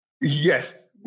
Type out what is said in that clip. yes